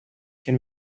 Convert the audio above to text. can